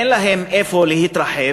אין להם מקום להתרחב,